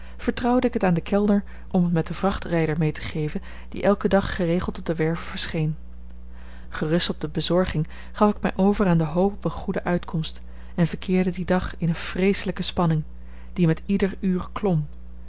vertrouwde ik het aan den kellner om het met den vrachtrijder mee te geven die elken dag geregeld op de werve verscheen gerust op de bezorging gaf ik mij over aan de hoop op een goede uitkomst en verkeerde dien dag in eene vreeselijke spanning die met ieder uur klom